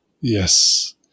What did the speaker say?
Yes